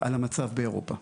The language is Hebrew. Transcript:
על המצב באירופה.